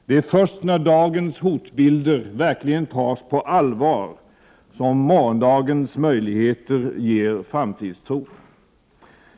Det är först när dagens hotbilder verkligen tas på allvar som morgondagens möjligheter ger framtidstro.